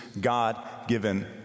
God-given